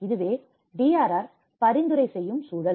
இதுவே DRR பரிந்துரை செய்யும் சூழல்